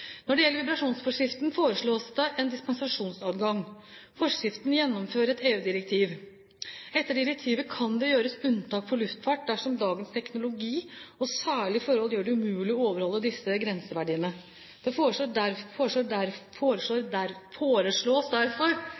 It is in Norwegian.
Når det gjelder vibrasjonsforskriften, foreslås det en dispensasjonsadgang. Forskriften gjennomfører et EU-direktiv. Etter direktivet kan det gjøres unntak for luftfart dersom dagens teknologi og særlige forhold gjør det umulig å overholde disse grenseverdiene. Det